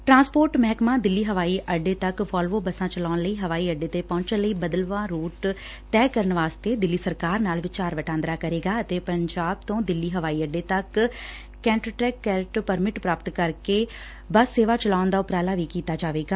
transport ਮਹਿਕਮਾ ਦਿੱਲੀ ਹਵਾਈ ਅੱਡੇ ਤੱਕ ਵੋਲਵੋ ਬੱਸਾਂ ਚਲਾਉਣ ਲਈ ਹਵਾਈ ਅੱਡੇ ਤੇ ਪਹੁੰਚਣ ਲਈ ਬਦਲਵਾਂ ਰੁਟ ਤੈਅ ਕਰਨ ਵਾਸਤੇ ਦਿੱਲੀ ਸਰਕਾਰ ਨਾਲ ਵਿਚਾਰ ਵਟਾਂਦਰਾ ਕਰੇਗਾ ਅਤੇ ਪੰਜਾਬ ਤੋਂ ਦਿੱਲੀ ਹਵਾਈ ਅੱਡੇ ਤੱਕ ਕੰਟਰੈਕਟ ਕੈਰੇਜ ਪਰਮਿਟ ਪ੍ਰਾਪਤ ਕਰਕੇ ਬੱਸ ਸੇਵਾ ਚਲਾਉਣ ਦਾ ਉਪਰਾਲਾ ਵੀ ਕੀਤਾ ਜਾਵੇਗਾ